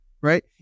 right